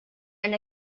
and